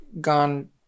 gone